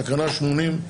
תקנה 80,